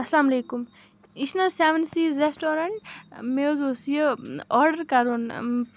اَسلامُ علیکُم یہِ چھِ نہ حظ سٮ۪وَن سیٖز رٮ۪سٹورنٛٹ مےٚ حظ اوس یہِ آڈَر کَرُن